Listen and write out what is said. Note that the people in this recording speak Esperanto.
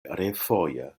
refoje